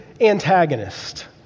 antagonist